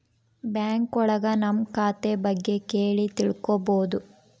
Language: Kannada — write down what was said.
ಬ್ಯಾಂಕ್ ಒಳಗ ನಮ್ ಖಾತೆ ಬಗ್ಗೆ ಕೇಳಿ ತಿಳ್ಕೋಬೋದು